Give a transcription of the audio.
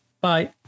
bye